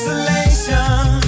Isolation